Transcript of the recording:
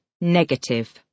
negative